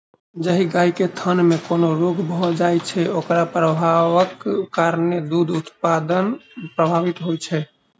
जाहि गाय के थनमे कोनो रोग भ जाइत छै, ओकर प्रभावक कारणेँ दूध उत्पादन प्रभावित होइत छै